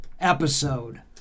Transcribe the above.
episode